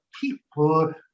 People